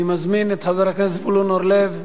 אני מזמין את חבר הכנסת זבולון אורלב.